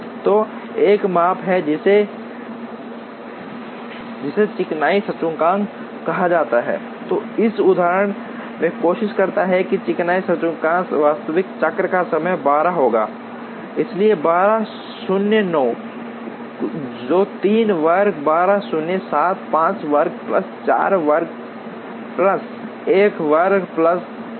तो एक माप है जिसे चिकनाई सूचकांक कहा जाता है जो इस उदाहरण में कोशिश करता है कि चिकनाई सूचकांक वास्तविक चक्र का समय 12 होगा इसलिए 12 शून्य 9 जो 3 वर्ग 12 शून्य 7 5 वर्ग प्लस 4 वर्ग प्लस 1 वर्ग प्लस है